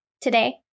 today